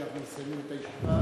כשאנחנו מסיימים את הישיבה,